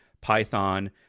Python